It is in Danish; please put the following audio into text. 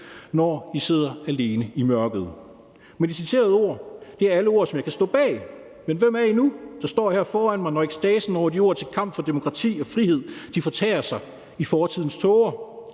når I sidder alene i mørket. De citerede ord er alle ord, som jeg kan stå bag, men hvem er I nu, der står her foran mig, når ekstasen over de ord til kamp for demokrati og frihed fortager sig i fortidens tåger?